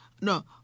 No